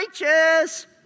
righteous